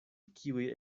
kiuj